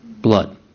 Blood